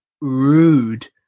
rude